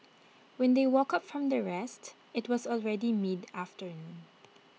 when they woke up from their rest IT was already mid afternoon